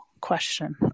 question